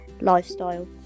lifestyle